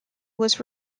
was